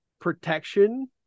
protection